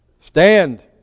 Stand